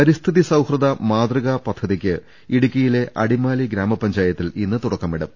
പരിസ്ഥിതി സൌഹൃദ മാതൃകാ പദ്ധതിക്ക് ഇടുക്കിയിലെ അടിമാലി ഗ്രാമപഞ്ചായത്തിൽ ഇന്ന് തുടക്കമിടും